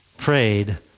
prayed